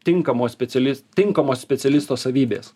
tinkamos specialis tinkamos specialisto savybės